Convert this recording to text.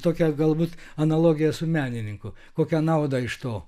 tokia galbūt analogija su menininku kokią naudą iš to